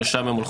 לשם הן הולכות.